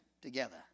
together